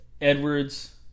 Edwards